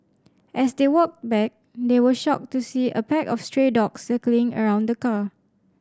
as they walked back they were shocked to see a pack of stray dogs circling around the car